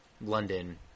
London